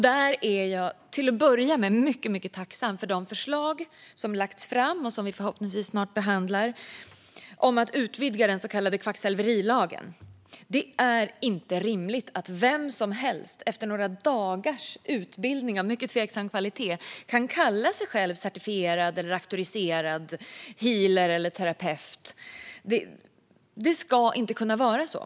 Där är jag till att börja med mycket, mycket tacksam för de förslag som lagts fram och som vi förhoppningsvis snart behandlar om att utvidga den så kallade kvacksalverilagen. Det är inte rimligt att vem som helst efter några dagars utbildning av mycket tveksam kvalitet kan kalla sig själv certifierad eller auktoriserad healer eller terapeut. Så ska det inte vara.